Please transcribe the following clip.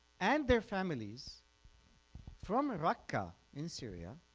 and their families from rakka, in syria.